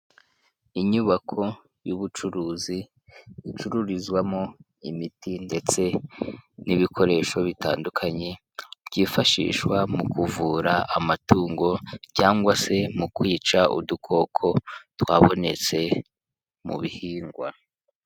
Inyubako y'ubucuruzi icururizwamo imiti ndetse n'ibikoresho bitandukanye byifashishwa mu kuvura amatungo cyangwa se mu kwica udukoko twabonetse mu bihingwa.